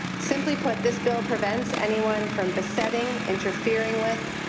simply put, this bill prevents anyone from besetting, interfering with,